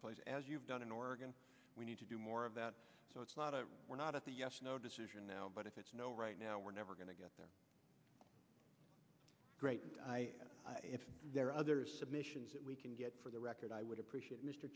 in place as you've done in oregon we need to do more of that so it's not a we're not at the decision now but if it's no right now we're never going to get there if there are other missions that we can get for the record i would appreciate mr